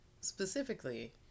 specifically